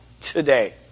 today